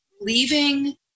leaving